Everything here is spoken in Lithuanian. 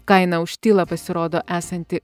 kaina už tylą pasirodo esanti